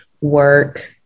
work